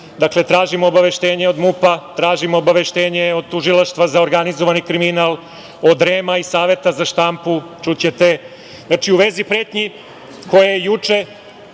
tražim obaveštenje od MUP-a, tražim obaveštenje od Tužilaštva za organizovani kriminal, od REM-a i Saveta za štampu, čućete, u vezi pretnji koje je juče,